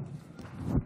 תודה,